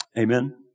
Amen